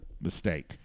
mistake